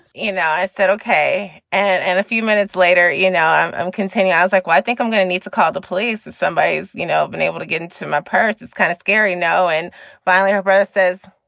you know, i said, ok. and and a few minutes later, you know, i'm i'm complaining. i was like, well, i think i'm going to need to call the police or somebody, you know, been able to get into my purse. it's kind of scary. no. and finally, brother says